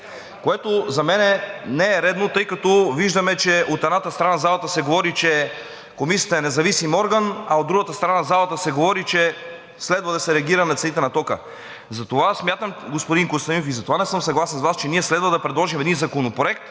което за мен не е редно, тъй като виждаме, че от едната страна, на залата се говори, че Комисията е независим орган, а от другата страна, на залата се говори, че следва да се реагира на цените на тока. Затова смятам, господин Костадинов, и не съм съгласен с Вас, че следва да предложим законопроект,